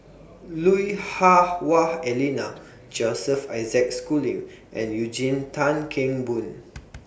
Lui Hah Wah Elena Joseph Isaac Schooling and Eugene Tan Kheng Boon